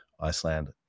Iceland